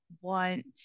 want